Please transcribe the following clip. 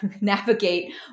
navigate